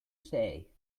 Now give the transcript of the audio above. say